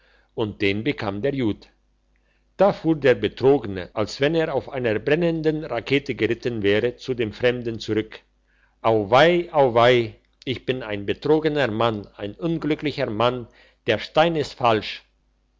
und den bekam der jud da fuhr der betrogene als wenn er auf einer brennenden rakete geritten wäre zu dem fremden zurück au waih au waih ich bin ein betrogener mann ein unglücklicher mann der stein ist falsch